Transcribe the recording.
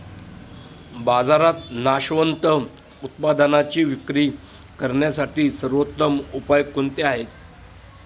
बाजारात नाशवंत उत्पादनांची विक्री करण्यासाठी सर्वोत्तम उपाय कोणते आहेत?